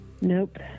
Nope